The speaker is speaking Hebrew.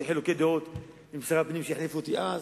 יש לי חילוקי דעות עם שרי הפנים שהחליפו אותי מאז.